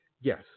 yes